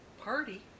Party